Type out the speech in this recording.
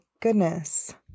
goodness